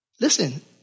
Listen